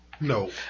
No